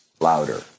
louder